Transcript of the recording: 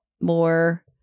more